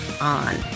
on